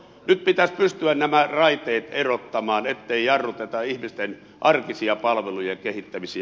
nyt pitäisi pystyä nämä raiteet erottamaan ettei jarruteta ihmisten arkisten palvelujen kehittämisiä